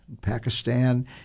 Pakistan